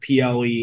PLE